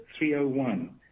301